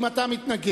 אם אתה מתנגד,